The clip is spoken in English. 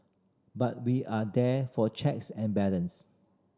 but we are there for checks and balances